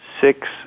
six